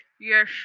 yes